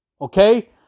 Okay